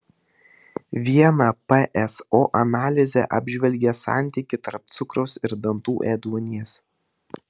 viena pso analizė apžvelgė santykį tarp cukraus ir dantų ėduonies